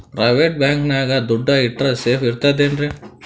Private bank ನ್ಯಾಗ್ ದುಡ್ಡ ಇಟ್ರ ಸೇಫ್ ಇರ್ತದೇನ್ರಿ?